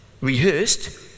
rehearsed